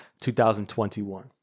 2021